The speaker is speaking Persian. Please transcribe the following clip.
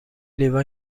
لیوان